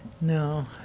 No